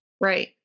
Right